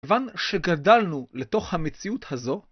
כיוון שגדלנו לתוך המציאות הזו,